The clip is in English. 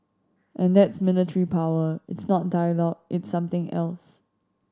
and that's military power it's not dialogue it's something else